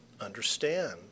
understand